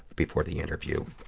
before the interview.